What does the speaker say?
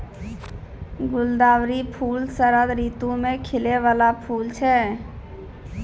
गुलदावरी फूल शरद ऋतु मे खिलै बाला फूल छै